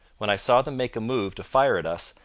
when i saw them make a move to fire at us,